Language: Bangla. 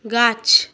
গাছ